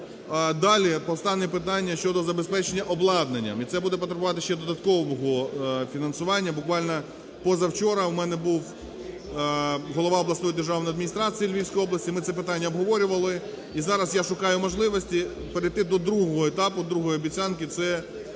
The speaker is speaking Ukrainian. далі постане питання щодо забезпечення обладнанням і це буде потребувати ще додаткового фінансування. Буквально позавчора у мене був голова обласної державної адміністрації Львівської області, ми це питання обговорювали. І зараз я шукаю можливості перейти до другого етапу, другої обіцянки – це знайти